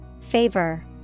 favor